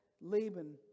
Laban